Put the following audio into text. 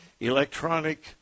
Electronic